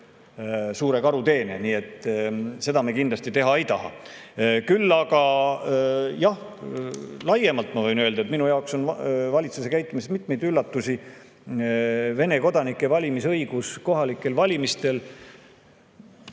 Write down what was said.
suure karuteene. Seda me kindlasti teha ei taha. Küll aga jah, laiemalt ma võin öelda, et minu jaoks on valitsuse käitumises mitmeid üllatusi. Vene kodanikelt valimisõiguse äravõtmine kohalikel valimistel